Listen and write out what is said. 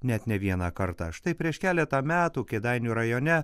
net ne vieną kartą štai prieš keletą metų kėdainių rajone